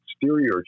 exterior